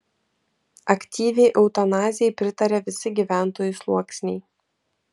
aktyviai eutanazijai pritaria visi gyventojų sluoksniai